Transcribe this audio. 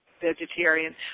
vegetarian